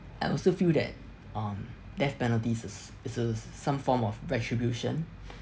I also feel that um death penalty is s~ is a s~ some form of retribution